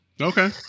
okay